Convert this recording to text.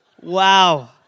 Wow